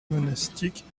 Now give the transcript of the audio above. monastiques